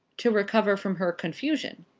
to recover from her confusion?